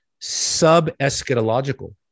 sub-eschatological